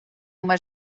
uma